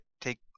take